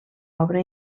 obra